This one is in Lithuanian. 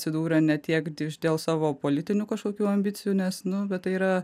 atsidūrė ne tiek iš dėl savo politinių kažkokių ambicijų nes nu bet tai yra